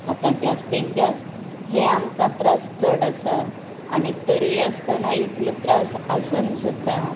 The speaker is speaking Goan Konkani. आता जास्तींत जास्त हे आमकां त्रास चड आसात आनी तरीय आसतना इतलो त्रास आसून सुद्दां